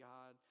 God